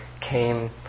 came